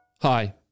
Hi